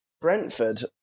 Brentford